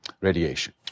radiation